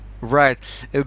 Right